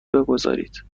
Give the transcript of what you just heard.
بگذارید